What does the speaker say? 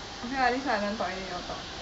okay lah next time I don't talk already you all talk